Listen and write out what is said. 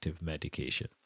medication